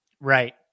Right